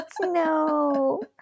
no